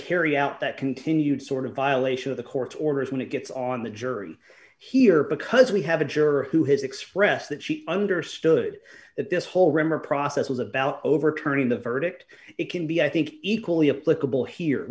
carry out that continued sort of violation of the court's orders when it gets on the jury here because we have a juror who has expressed that she understood that this whole rimmer process was about overturning the verdict it can be i think equally